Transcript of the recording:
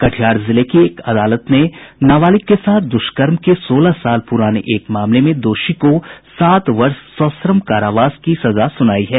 कटिहार जिले की एक अदालत ने नाबालिग के साथ द्रष्कर्म के सोलह साल पुराने एक मामले में दोषी को सात वर्ष सश्रम कारावास की सजा सुनायी है